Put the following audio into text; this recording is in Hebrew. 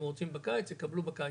הם רוצים בקיץ יקבלו בקיץ.